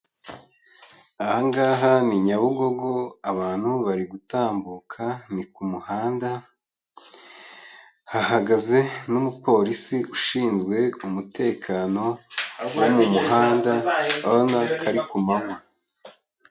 Aha ngaha ni Nyabugogo abantu bari gutambuka, ni ku muhanda, hahagaze n'umupolisi ushinzwe umutekano wo mu muhanda, urabona ko ari kumanywa.